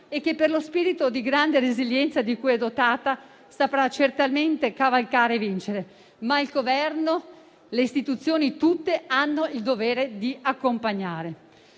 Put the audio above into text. che, per lo spirito di grande resilienza di cui è dotata, saprà certamente cavalcare e vincere, ma che il Governo e le istituzioni tutte hanno il dovere di accompagnare.